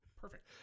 Perfect